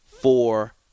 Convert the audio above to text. four